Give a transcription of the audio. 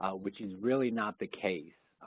ah which is really not the case,